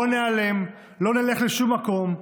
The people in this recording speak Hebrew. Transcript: לא ניעלם, לא נלך לשום מקום.